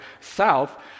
South